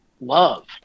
love